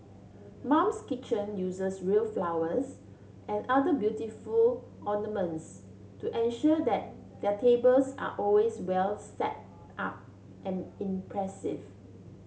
mum's kitchen uses real flowers and other beautiful ornaments to ensure that their tables are always well setup and impressive